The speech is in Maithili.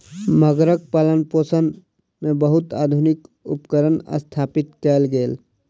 मगरक पालनपोषण मे बहुत आधुनिक उपकरण स्थापित कयल गेल